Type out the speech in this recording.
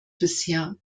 bisher